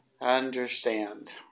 understand